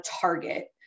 target